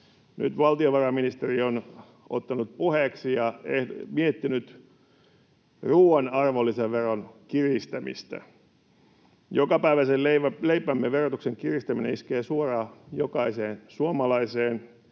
Nyt valtiovarainministeri on ottanut puheeksi ja miettinyt ruuan arvonlisäveron kiristämistä. Jokapäiväisen leipämme verotuksen kiristäminen iskee suoraan jokaiseen suomalaiseen,